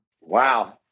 Wow